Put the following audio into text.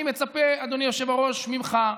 אני מצפה, אדוני היושב-ראש, ממך,